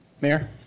mayor